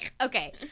okay